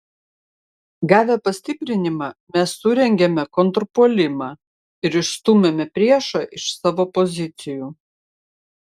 gavę pastiprinimą mes surengėme kontrpuolimą ir išstūmėme priešą iš savo pozicijų